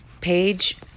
page